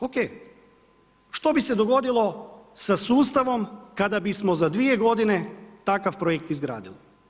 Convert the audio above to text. Ok, što bi se dogodilo sa sustavom kad bismo za 2 godine takav projekt izgradili?